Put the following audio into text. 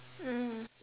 mm